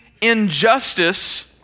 injustice